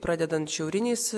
pradedant šiauriniais